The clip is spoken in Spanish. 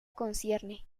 concierne